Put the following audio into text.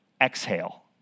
exhale